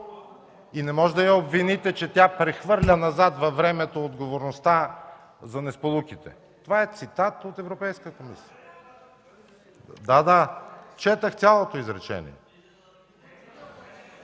и не можете да я обвините, че тя прехвърля назад във времето отговорността за несполуките. Това е цитат на Европейската комисия. РЕПЛИКА ОТ ГЕРБ: Цялото ли изречение